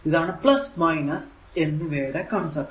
ഇതാണ് എന്നിവയുടെ കൺസെപ്റ്